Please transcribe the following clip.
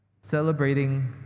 celebrating